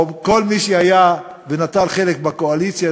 או כל מי שהיה ונטל חלק בקואליציה,